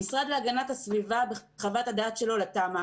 המשרד להגנת הסביבה בחוות הדעת שלו לתמ"א